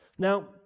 Now